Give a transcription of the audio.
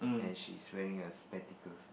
and she's wearing a spectacles